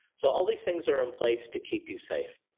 so all these things are in place to keep you safe